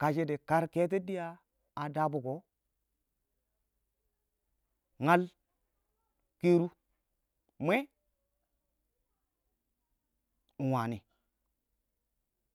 kashɪ dɪ kar keto dɪya a dabəkɔ ngal kɛru mwee ingwani